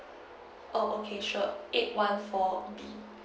oh okay sure eight one four B